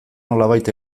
nolabait